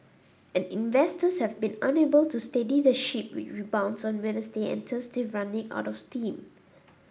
and investors have been unable to steady the ship with rebounds on Wednesday and Thursday running out of steam